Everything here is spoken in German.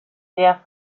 der